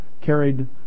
carried